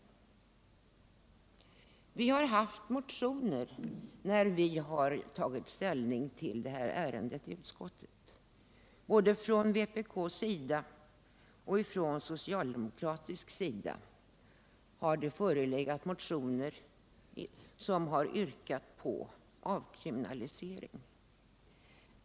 Vi har haft motioner där vi har tagit ställning till det här ärendet i utskottet. Både från vpk:s och socialdemokraternas sida har det förelegat motioner där man yrkat på en avkriminalisering.